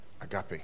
Agape